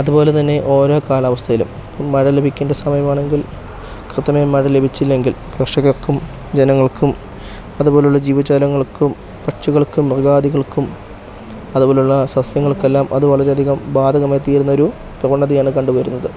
അതുപോലെ തന്നെ ഓരോ കാലാവസ്ഥയിലും മഴ ലഭിക്കേണ്ട സമയം ആണെങ്കിൽ കൃത്യമായ മഴ ലഭിച്ചില്ലെങ്കിൽ കർഷകർക്കും ജനങ്ങൾക്കും അതുപോലുള്ള ജീവജാലങ്ങൾക്കും പക്ഷികൾക്കും മൃഗാധികൾക്കും അതുപോലുള്ള സസ്യങ്ങൾക്ക് എല്ലാം അത് വളരെ അധികം ബാധകമായി തീരുന്നൊരു പ്രവണതയാണ് കണ്ടു വരുന്നത്